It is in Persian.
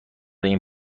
این